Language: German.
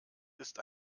ist